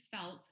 felt